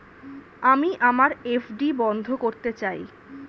আমি আমার এফ.ডি বন্ধ করতে চাই